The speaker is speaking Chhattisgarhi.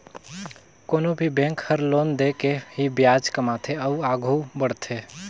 कोनो भी बेंक हर लोन दे के ही बियाज कमाथे अउ आघु बड़थे